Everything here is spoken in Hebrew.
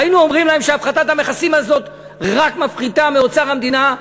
והיינו אומרים להם שהפחתת המכסים הזאת רק מפחיתה מאוצר המדינה,